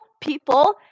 people